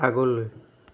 আগলৈ